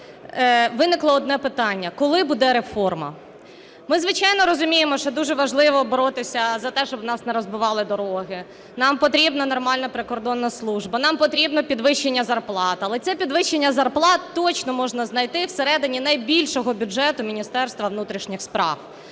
виникло одне питання: коли буде реформа? Ми, звичайно, розуміємо, що дуже важливо боротися за те, щоб у нас не розбивали дороги, нам потрібна нормальна прикордонна служба, нам потрібно підвищення зарплат. Але це підвищення зарплат точно можна знайти всередині найбільшого бюджету Міністерства внутрішніх справ.